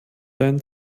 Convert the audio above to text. deinen